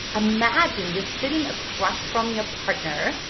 imagine you're sitting across from your partner,